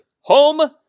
home